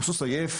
הוא סוס עייף